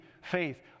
faith